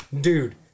Dude